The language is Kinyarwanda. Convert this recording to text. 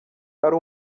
ari